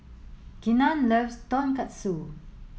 Keenan loves Tonkatsu